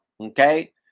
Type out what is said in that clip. okay